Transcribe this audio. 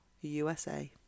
usa